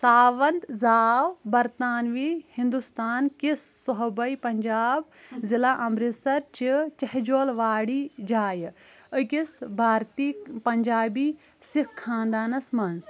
ساوند زاو برطانوی ہِندوستان كِس صوبے پنجاب، ضلعہٕ امرتسر چہِ چہجوُل واڑی جایہ، أکِس بارتی پنجابی سِکھ خاندانس منٛز